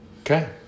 Okay